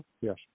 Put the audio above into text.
yes